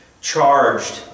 charged